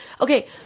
Okay